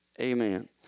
Amen